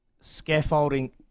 scaffolding